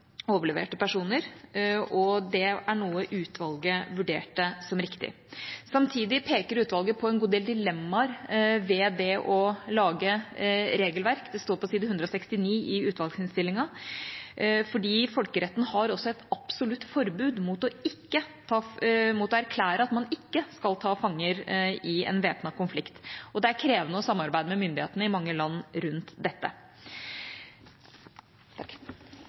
overleverte personer, og det er noe utvalget vurderte som riktig. Samtidig peker utvalget på en god del dilemmaer ved det å lage regelverk – det står på side 169 i utvalgsinnstillinga – fordi folkeretten har også et absolutt forbud mot å erklære at man ikke skal ta fanger i en væpnet konflikt, og det er krevende å samarbeide med myndighetene i mange land rundt dette.